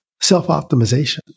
self-optimization